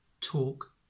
talk